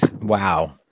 Wow